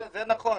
זה נכון,